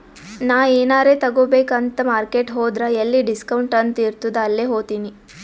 ನಾ ಎನಾರೇ ತಗೋಬೇಕ್ ಅಂತ್ ಮಾರ್ಕೆಟ್ ಹೋದ್ರ ಎಲ್ಲಿ ಡಿಸ್ಕೌಂಟ್ ಅಂತ್ ಇರ್ತುದ್ ಅಲ್ಲೇ ಹೋತಿನಿ